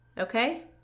okay